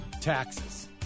taxes